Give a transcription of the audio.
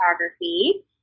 photography